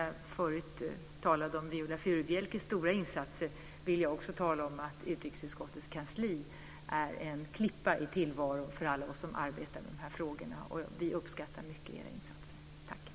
Jag talade förut om Viola Furubjelkes stora insatser, men jag vill också säga att utskottets kansli är en klippa i tillvaron för alla oss som arbetar med de här frågorna. Vi uppskattar mycket era insatser. Tack!